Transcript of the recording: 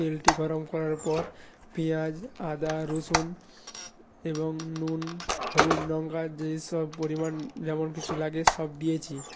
তেলটি গরম করার পর পিঁয়াজ আদা রসুন এবং নুন হলুদ লঙ্কা যেইসব পরিমাণ যেমন কিছু লাগে সব দিয়েছি